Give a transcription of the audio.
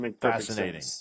fascinating